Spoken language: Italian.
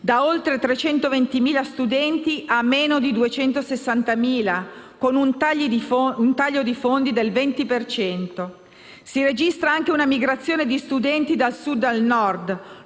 da oltre 320.000 a meno di 260.000, con un taglio di fondi del 20 per cento. Si registra anche una migrazione di studenti dal Sud al Nord,